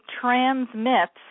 transmits